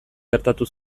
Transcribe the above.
gertatu